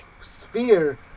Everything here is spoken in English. sphere